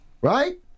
Right